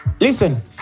Listen